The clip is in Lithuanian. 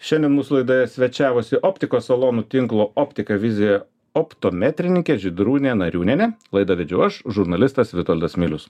šiandien mūsų laidoje svečiavosi optikos salonų tinklo optika vizija optometrininkė žydrūnė nariūnienė laidą vedžiau aš žurnalistas vitoldas milius